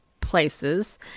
places